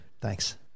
Thanks